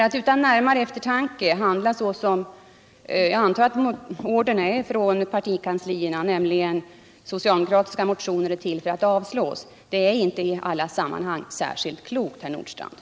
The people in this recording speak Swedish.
Att utan närmare eftertanke handla så som jag antar att ordern är från partikanslierna, nämligen att socialdemokratiska motioner är till för att avslås, är inte i alla sammanhang särskilt klokt, herr Nordstrandh.